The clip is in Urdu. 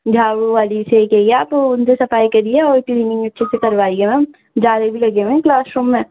جھاڑو والی سے کہیے آپ ان سے صفائی کریے اور کلیننگ اچھے سے کروائیے میم جالے بھی لگے ہوئے ہیں کلاس روم میں